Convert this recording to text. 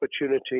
opportunity